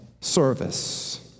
service